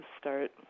start